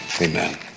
Amen